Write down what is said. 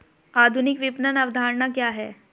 आधुनिक विपणन अवधारणा क्या है?